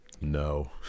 No